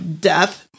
death